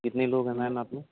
کتنے لوگ ہیں میم آپ لوگ